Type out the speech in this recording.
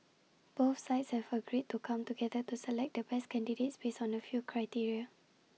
both sides have agreed to come together to select the best candidates based on A few criteria